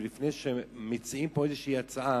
ולפני שמציעים פה איזו הצעה